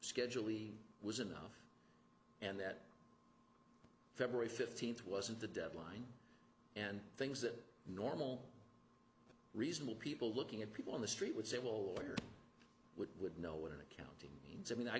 schedule e was enough and that february fifteenth wasn't the deadline and things that normal reasonable people looking at people on the street would say will order which would know what an accounting means i mean i